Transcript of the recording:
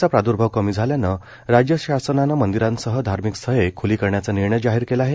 कोरोनाचा प्रादर्भाव कमी झाल्यानं राज्य शासनानं मंदिरांसह धर्मिक स्थळे खूली करण्याचा निर्णय जाहीर केला आहे